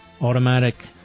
automatic